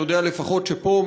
אני יודע לפחות שפה,